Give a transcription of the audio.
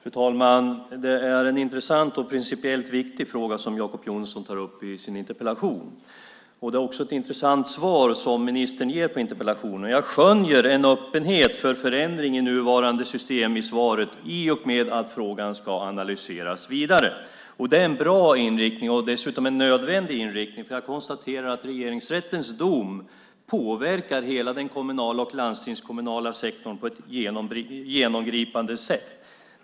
Fru talman! Det är en intressant och principiellt viktig fråga som Jacob Johnson tar upp i sin interpellation. Det är också ett intressant svar som ministern ger på interpellationen. Jag skönjer i svaret en öppenhet för förändring i nuvarande system i och med att frågan ska analyseras vidare. Det är en bra och dessutom nödvändig inriktning, för jag konstaterar att Regeringsrättens dom påverkar hela den kommunala och landstingskommunala sektorn på ett genomgripande sätt.